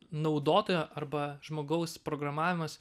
naudotojo arba žmogaus programavimas